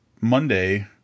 Monday